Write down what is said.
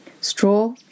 Straw